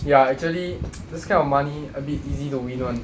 ya actually this kind of money a bit easy to win [one]